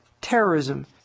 terrorism